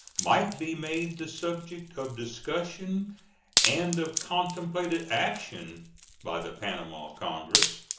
might be made the subject of discussion and of contemplated action by the panama congress.